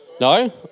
No